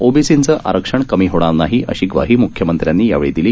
ओबीसींचं आरक्षण कमी होणार नाही अशी ग्वाही मुख्यमंत्र्यांनी यावेळी दिली